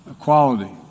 equality